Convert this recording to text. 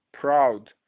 proud